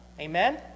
amen